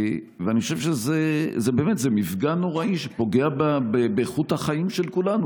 אני חושב שזה באמת מפגע נוראי שפוגע באיכות החיים של כולנו.